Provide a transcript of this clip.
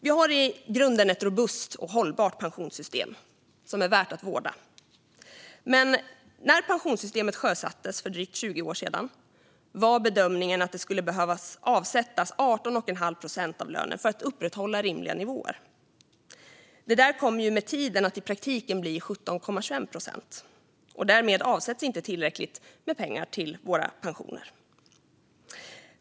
Vi har i grunden ett robust och hållbart pensionssystem som är värt att vårda. Men när pensionssystemet sjösattes var bedömningen att det behövde avsättas 18 1⁄2 procent av lönen för att upprätthålla rimliga nivåer. Det där kom ju med tiden att i praktiken bli 17,21 procent, och därmed avsätts inte tillräckligt med pengar till våra pensioner.